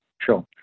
Sure